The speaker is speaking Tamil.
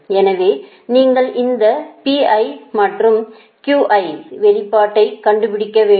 எனவே நீங்கள் இந்த மற்றும் வெளிப்பாட்டை கண்டுபிடிக்க வேண்டும்